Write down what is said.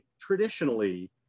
traditionally